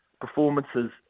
performances